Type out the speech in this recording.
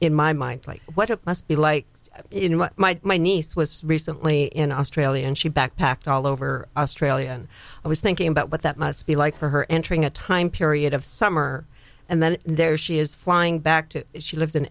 in my mind like what it must be like in what my niece was recently in australia and she backpacked all over australia and i was thinking about what that must be like for her entering a time period of summer and then there she is flying back to she lives in